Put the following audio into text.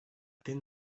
thin